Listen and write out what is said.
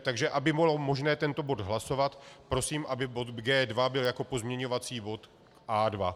Takže aby bylo možné tento bod hlasovat, prosím, aby bod G2 byl jako pozměňovací bod k A2.